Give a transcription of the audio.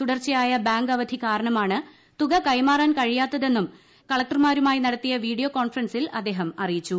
തുടർച്ചയായ ബാങ്ക് അവധി ക്ടാർണമാണ് തുക കൈമാറാൻ കഴിയാത്തതെന്നും ജില്ലാ കലക്ടർമാരുമായി നടത്തിയ വീഡിയോ കോൺഫറൻസിൽ അദ്ദേഹം ആറീയിച്ചു